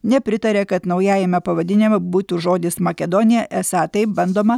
nepritaria kad naujajame pavadinime būtų žodis makedonija esą taip bandoma